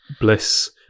Bliss